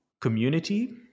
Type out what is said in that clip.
community